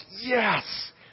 yes